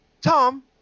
Tom